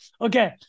okay